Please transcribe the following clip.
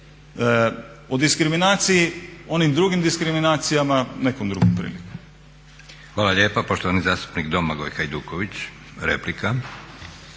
O diskriminaciji i o onim drugim diskriminacijama, nekom drugom prilikom. **Leko, Josip (SDP)** Hvala lijepa. Poštovani zastupnik Domagoj Hajduković, replika.